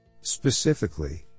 Specifically